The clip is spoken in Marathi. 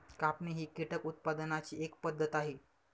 कापणी ही कीटक उत्पादनाची एक पद्धत आहे